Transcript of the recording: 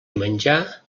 menjar